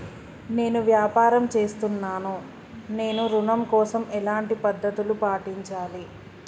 నేను వ్యాపారం చేస్తున్నాను నేను ఋణం కోసం ఎలాంటి పద్దతులు పాటించాలి?